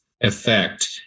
effect